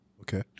okay